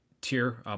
tier